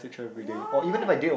what